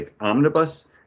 omnibus